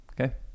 okay